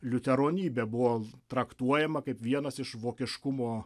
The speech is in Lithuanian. liuteronybė buvo traktuojama kaip vienas iš vokiškumo